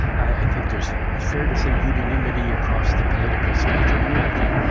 i think there's fair to say, unanimity across the political spectrum here, i think,